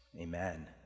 amen